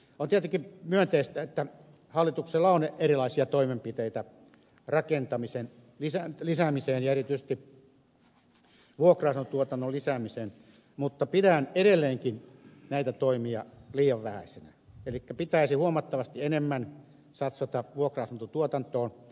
on tietenkin myönteistä että hallituksella on erilaisia toimenpiteitä rakentamisen lisäämiseen ja erityisesti vuokra asuntotuotannon lisäämiseen mutta pidän edelleenkin näitä toimia liian vähäisinä elikkä pitäisi huomattavasti enemmän satsata vuokra asuntotuotantoon